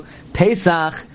Pesach